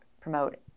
promote